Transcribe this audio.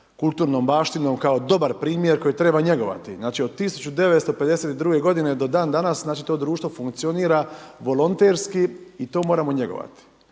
kulturnom baštinom, kao dobar primjer koji treba njegovati. Znači od 1952. g. do dan danas, to društvo funkcionira volonterski i to moramo njegovati.